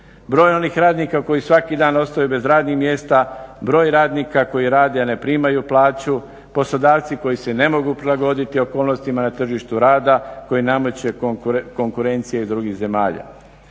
Broj onih radnika koji svaki dan ostaju bez radnih mjesta, broj radnika koji rade a ne primaju plaću, poslodavci koji se ne mogu prilagoditi okolnostima na tržištu rada, koji nameće konkurencija iz drugih zemalja.